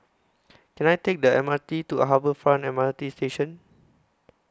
Can I Take The M R T to Harbour Front M R T Station